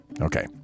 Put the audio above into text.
Okay